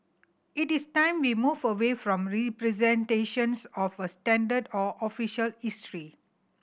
it is time we move away from representations of a 'standard' or 'official' history